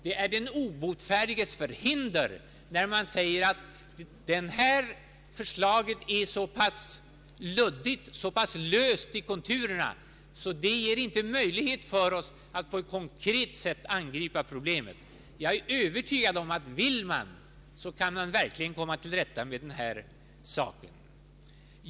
Det är den obotfärdiges förhinder när man säger att vårt förslag är så löst i konturerna att det inte är möjligt att konkret angripa problemet. Jag är övertygad om att vill man, kan man verkligen komma till rätta med denna sak.